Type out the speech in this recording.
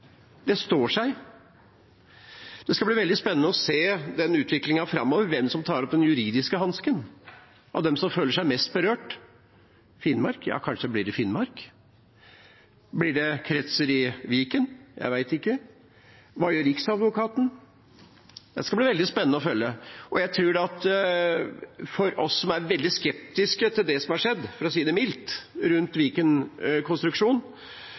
Det står seg. Det skal bli veldig spennende å se den utviklingen framover, hvem som tar opp den juridiske hansken av dem som føler seg mest berørt. Finnmark? Ja, kanskje blir det Finnmark. Blir det kretser i Viken? Jeg vet ikke. Hva gjør Riksadvokaten? Det skal bli veldig spennende å følge. Jeg tror at for oss som er veldig skeptiske til det som har skjedd – for å si det mildt – rundt